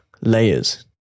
layers